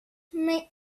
mig